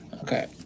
Okay